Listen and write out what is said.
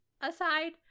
aside